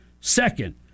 Second